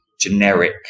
generic